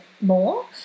more